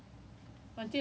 mm really meh